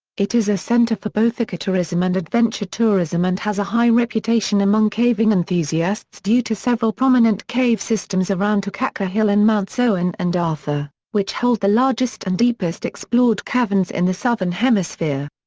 it is a centre for both ecotourism and adventure tourism and has a high reputation among caving enthusiasts due to several prominent cave systems around takaka hill and mounts owen and arthur, which hold the largest and deepest explored caverns in the southern hemisphere.